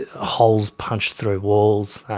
ah holes punched through walls,